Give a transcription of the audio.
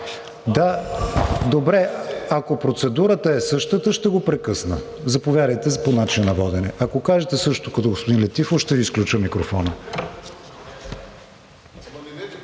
Добре, ако процедурата е същата, ще го прекъсна. Заповядайте по начина на водене. Ако кажете същото като господин Летифов, ще Ви изключа микрофона.